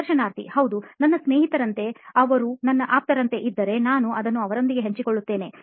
ಸಂದರ್ಶನಾರ್ಥಿ ಹೌದು ನನ್ನ ಸ್ನೇಹಿತರಂತೆ ಅವರು ನನ್ನ ಆಪ್ತರಂತೆ ಇದ್ದರೆನಾನು ಅದನ್ನು ಅವರೊಂದಿಗೆ ಹಂಚಿಕೊಳ್ಳುತ್ತೇನೆ